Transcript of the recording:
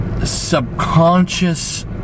subconscious